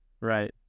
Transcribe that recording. Right